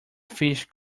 fish